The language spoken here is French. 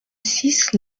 six